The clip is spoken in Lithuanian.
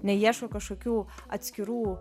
neieško kažkokių atskirų